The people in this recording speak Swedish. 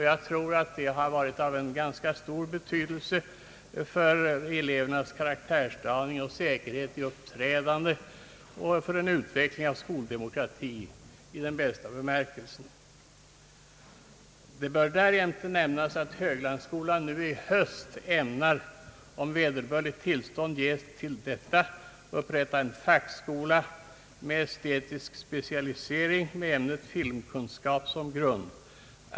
Jag tror att dessa aktiviteter betytt mycket för elevernas karaktärsdaning och säkerhet i uppträdande och för en utveckling av skoldemokrati i dess bästa bemärkelse. Det bör därjämte nämnas att Höglandsskolan till i höst ämnar — om vederbörliga tillstånd därtill ges upprätta en fackskola med estetisk specialisering med ämnet filmkunskap som grund.